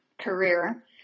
career